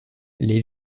les